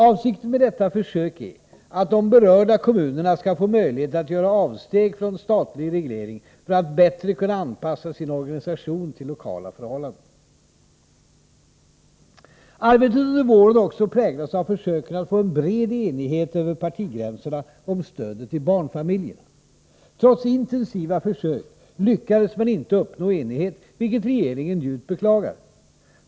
Avsikten med detta försök är att de berörda kommunerna skall få möjlighet att göra avsteg från statlig reglering för att bättre kunna anpassa sin organisation till lokala förhållanden. Arbetet under våren har också präglats av försöken att få en bred enighet över partigränserna om stödet till barnfamiljerna. Trots intensiva försök lyckades man inte uppnå enighet, vilket regeringen djupt beklagar.